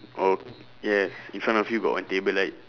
oh yes in front of you got one table right